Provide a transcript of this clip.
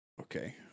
Okay